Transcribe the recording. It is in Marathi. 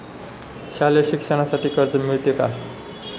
शालेय शिक्षणासाठी कर्ज मिळते का?